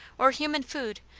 or human food,